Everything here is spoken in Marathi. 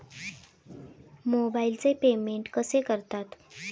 मोबाइलचे पेमेंट कसे करतात?